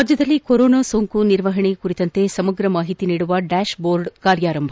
ರಾಜ್ಯದಲ್ಲಿ ಕೊರೊನಾ ಸೋಂಕು ನಿರ್ವಹಣೆ ಕುರಿತಂತೆ ಸಮಗ್ರ ಮಾಹಿತಿ ನೀಡುವ ಡ್ಕಾಶ್ಬೋರ್ಡ್ ಕಾರ್ಯಾರಂಭ